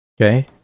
Okay